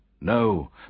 No